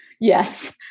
yes